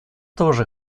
тоже